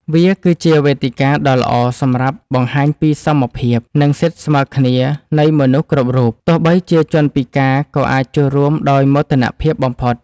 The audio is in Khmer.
វាគឺជាវេទិកាដ៏ល្អសម្រាប់បង្ហាញពីសមភាព និងសិទ្ធិស្មើគ្នានៃមនុស្សគ្រប់រូប ទោះបីជាជនពិការក៏អាចចូលរួមដោយមោទនភាពបំផុត។